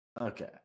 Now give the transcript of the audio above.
Okay